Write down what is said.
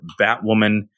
Batwoman